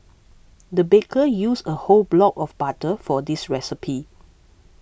the baker used a whole block of butter for this recipe